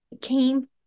came